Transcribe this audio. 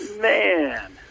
Man